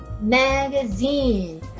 Magazine